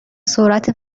صورت